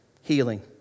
Healing